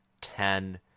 ten